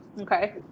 Okay